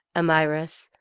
amyras,